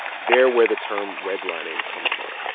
they're where the term redlining comes from.